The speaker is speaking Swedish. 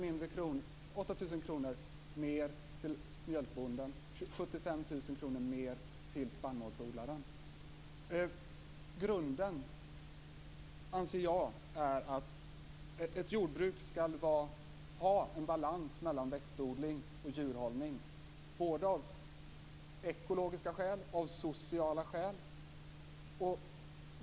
Grunden är att ett jordbruk skall ha en balans mellan växtodling och djurhållning av både ekologiska skäl och sociala skäl.